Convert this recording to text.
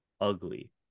ugly